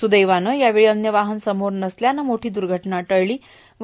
सुदैवाने यावेळी अन्य वाहन समोर नसल्याने मोठों द्वघटना टळलों